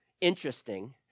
Interesting